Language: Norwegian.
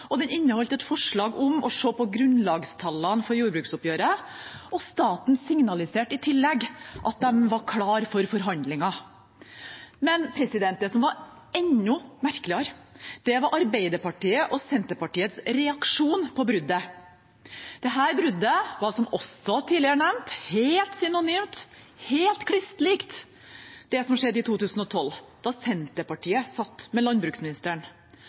og det inneholdt et forslag om å se på grunnlagstallene for jordbruksoppgjøret. Staten signaliserte i tillegg at de var klar for forhandlinger. Men det som var enda merkeligere, var Arbeiderpartiet og Senterpartiets reaksjon på bruddet. Dette bruddet var, som også tidligere nevnt, helt synonymt – helt kliss likt – det som skjedde i 2012, da Senterpartiet satt med landbruksministeren.